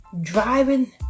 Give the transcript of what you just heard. driving